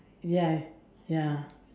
ya ya